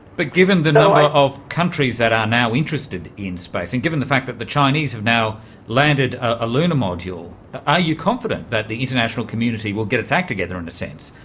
but given the number of countries that are now interested in space and given the fact that the chinese have now landed a lunar module, are you confident that the international community will get its act together, in a sense,